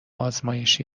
ازمایشی